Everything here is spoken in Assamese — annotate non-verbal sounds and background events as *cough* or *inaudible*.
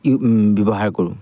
*unintelligible* ব্যৱহাৰ কৰোঁ